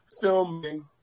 filming